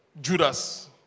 Judas